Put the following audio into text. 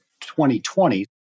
2020